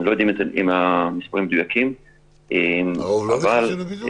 לא יודעים אם המספרים מדויקים -- הרוב לא נכנסים לבידוד?